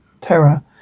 terror